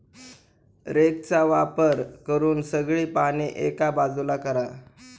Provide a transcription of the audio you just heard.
रेकचा वापर करून सगळी पाने एका बाजूला करा